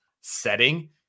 setting